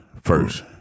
first